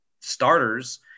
starters